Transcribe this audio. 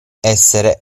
essere